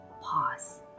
pause